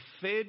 fed